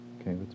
Okay